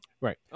Right